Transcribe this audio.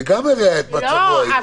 זה גם מרע את מצבו היום.